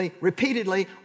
repeatedly